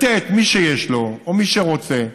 מי שיש לו או מי שרוצה,